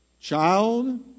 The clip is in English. Child